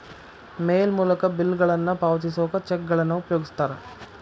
ಮೇಲ್ ಮೂಲಕ ಬಿಲ್ಗಳನ್ನ ಪಾವತಿಸೋಕ ಚೆಕ್ಗಳನ್ನ ಉಪಯೋಗಿಸ್ತಾರ